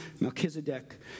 Melchizedek